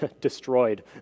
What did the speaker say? destroyed